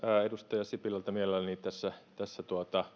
edustaja sipilältä mielelläni tässä tässä